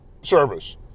service